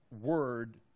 word